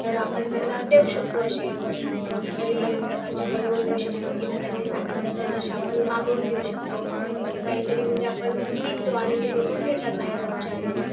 तर आपण त्यांना देऊ शकतो असे वस्तू नवीननवीन प्रकारचे बनवून देऊ शकतो किंवा त्यांनी सांगितलं तर तसे आपण मागवून देऊ शकतो असं काहीतरी म्हणजे आपण विकतो आणि ते लोक घेतात बाहेरगावचे आलेले